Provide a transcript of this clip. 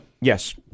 Yes